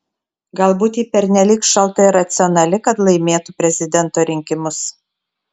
galbūt ji pernelyg šalta ir racionali kad laimėtų prezidento rinkimus